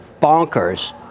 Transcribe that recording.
bonkers